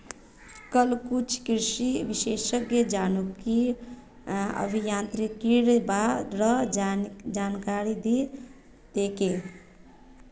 कल कुछ कृषि विशेषज्ञ जनुकीय अभियांत्रिकीर बा र जानकारी दी तेक